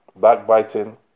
backbiting